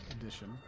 Edition